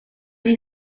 gli